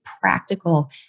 practical